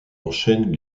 enchaîne